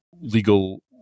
legal